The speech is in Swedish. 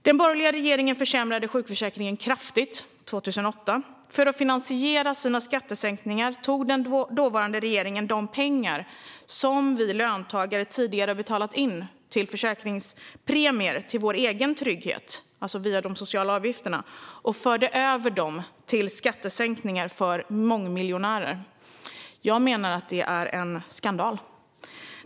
Den borgerliga regeringen försämrade sjukförsäkringen kraftigt 2008. För att finansiera sina skattesänkningar tog den dåvarande regeringen de pengar som vi löntagare tidigare hade betalat in till försäkringspremier för vår egen trygghet, alltså via de sociala avgifterna. Man använde alltså dessa pengar till skattesänkningar för mångmiljonärer. Jag menar att det är en skandal.